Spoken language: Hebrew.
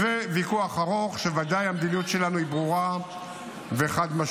זה ויכוח ארוך, והמדיניות שלנו ברורה וחד-משמעית.